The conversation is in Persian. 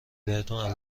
بهتون